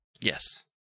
Yes